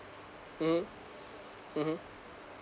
mmhmm mmhmm